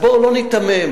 אז בואו לא ניתמם.